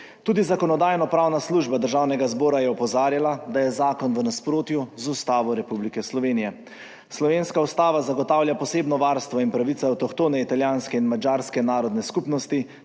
Tudi Zakonodajno-pravna služba Državnega zbora je opozarjala, da je zakon v nasprotju z Ustavo Republike Slovenije. Slovenska ustava zagotavlja posebno varstvo in pravice avtohtone italijanske in madžarske narodne skupnosti